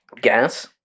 Gas